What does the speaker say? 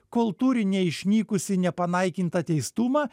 kol turi neišnykusį nepanaikintą teistumą